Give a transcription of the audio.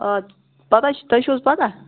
آ پَتاہ چھِ تۄہہِ چھُو حظ پَتاہ